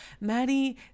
Maddie